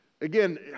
again